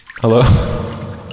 Hello